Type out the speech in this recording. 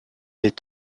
est